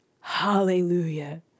Hallelujah